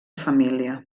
família